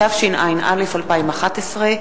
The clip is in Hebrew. התשע"א 2011,